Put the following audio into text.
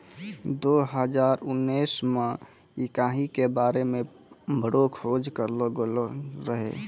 दो हजार उनैस मे इकाई के बारे मे बड़ो खोज करलो गेलो रहै